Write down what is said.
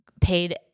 paid